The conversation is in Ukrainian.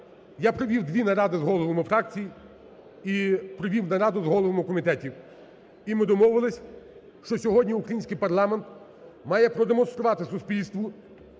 Я провів дві наради з головами фракцій і провів нараду з головами комітетів, і ми домовилися, що сьогодні український парламент має продемонструвати суспільству